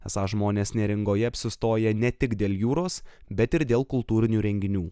esą žmonės neringoje apsistoja ne tik dėl jūros bet ir dėl kultūrinių renginių